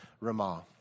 Ramah